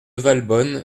valbonne